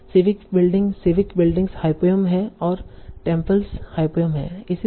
civic build civic buildings hyponym है और temples hyponym है